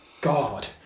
God